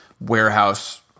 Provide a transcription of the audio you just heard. warehouse